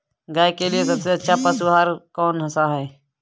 गाय के लिए सबसे अच्छा पशु आहार कौन सा है?